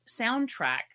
soundtrack